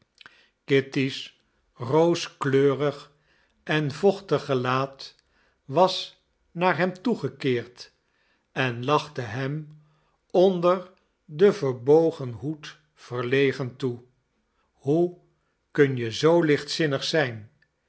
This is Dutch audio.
kitty's rooskleurig en vochtig gelaat was naar hem toegekeerd en lachte hem onder den verbogen hoed verlegen toe hoe kun je zoo lichtzinnig zijn